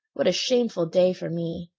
what a shameful day for me!